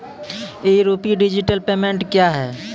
ई rupee digital payment क्या हैं?